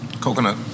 Coconut